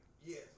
Yes